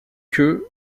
que